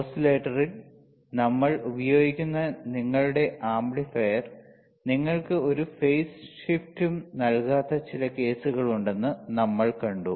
ഓസിലേറ്ററിൽ നമ്മൾ ഉപയോഗിക്കുന്ന നിങ്ങളുടെ ആംപ്ലിഫയർ നിങ്ങൾക്ക് ഒരു phase ഷിഫ്റ്റും നൽകാത്ത ചില കേസുകളുണ്ടെന്ന് നമ്മൾ കണ്ടു